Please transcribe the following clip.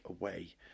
away